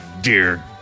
dear